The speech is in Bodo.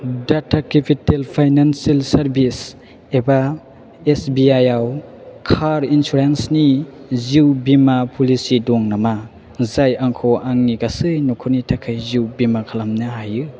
टाटा केपिटेल फाइनान्सियेल सार्भिसेस एबा एसबिआइ आव कार इन्सुरेन्सनि जिउ बीमा प'लिसि दं नामा जाय आंखौ आंनि गासै न'खरनि थाखाय जिउ बिमा खालामनो हायो